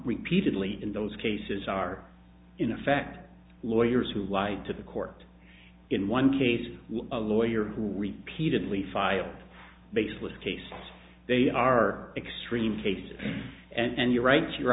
repeatedly in those cases are in effect lawyers who lied to the court in one case a lawyer who repeated we filed baseless case they are extreme cases and your rights your